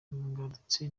ngarutse